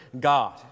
God